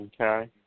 Okay